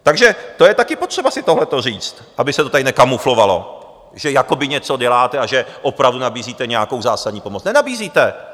Takže to je taky potřeba si tohleto říct, aby se to tady nekamuflovalo, že jakoby něco děláte a že opravdu nabízíte nějakou zásadní pomoc nenabízíte.